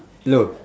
hello